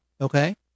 okay